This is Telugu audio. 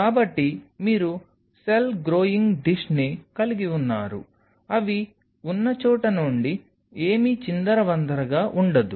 కాబట్టి మీరు సెల్ గ్రోయింగ్ డిష్ని కలిగి ఉన్నారు అవి ఉన్న చోట నుండి ఏమీ చిందరవందరగా ఉండదు